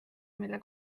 mille